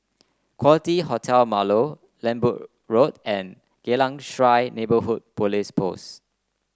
Quality Hotel Marlow Lembu Road and Geylang Serai Neighbourhood Police Post